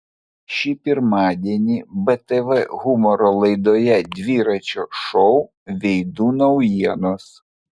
šį pirmadienį btv humoro laidoje dviračio šou veidų naujienos